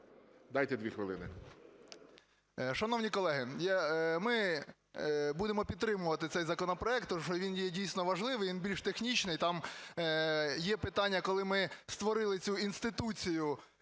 дайте дві хвилини.